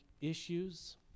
issues